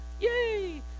yay